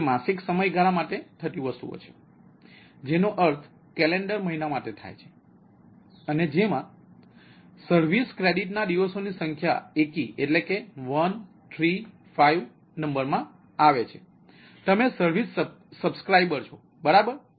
જે માસિક સમયગાળા માટે થતી વસ્તુઓ છે જેનો અર્થ કેલેન્ડર મહિના માટે થાય છે અને જેમાં સર્વિસ ક્રેડિટ ના દિવસો ની સંખ્યા એકી એટલે કે નંબર માં છે તમે સર્વિસ સબ્સ્ક્રાઇબર છોબરાબર